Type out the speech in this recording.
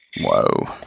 Whoa